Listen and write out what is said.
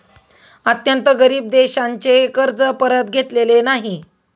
अत्यंत गरीब देशांचे कर्ज परत घेतलेले नाही